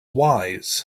wise